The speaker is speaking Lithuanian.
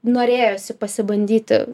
norėjosi pasibandyti